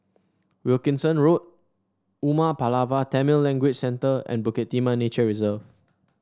Wilkinson Road Umar Pulavar Tamil Language Center and Bukit Timah Nature Reserve